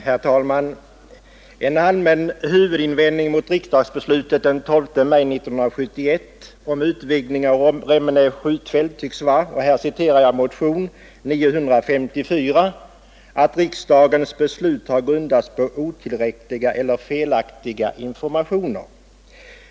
Herr talman! En allmän huvudinvändning mot riksdagsbeslutet den 12 maj 1971 om utvidgning av Remmene skjutfält tycks vara — här citerar jag motionen 954 — ”att riksdagens beslut grundats på otillräckliga eller felaktiga informationer”.